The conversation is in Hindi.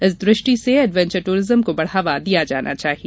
इस दृष्टि से एडवेंचर टूरिज्म को बढ़ावा दिया जाना चाहिए